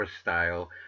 style